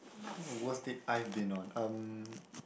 worst date I've been on um